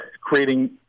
creating